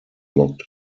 locked